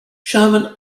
sherman